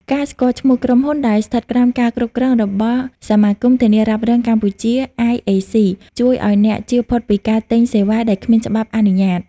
ការស្គាល់ឈ្មោះក្រុមហ៊ុនដែលស្ថិតក្រោមការគ្រប់គ្រងរបស់ សមាគមធានារ៉ាប់រងកម្ពុជា (IAC) ជួយឱ្យអ្នកជៀសផុតពីការទិញសេវាដែលគ្មានច្បាប់អនុញ្ញាត។